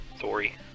Sorry